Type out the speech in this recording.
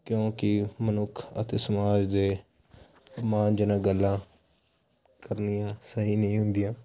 ਕਿਉਂਕਿ ਮਨੁੱਖ ਅਤੇ ਸਮਾਜ ਦੇ ਅਪਮਾਨਜਨਕ ਗੱਲਾਂ ਕਰਨੀਆਂ ਸਹੀ ਨਹੀਂ ਹੁੰਦੀਆਂ